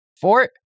fort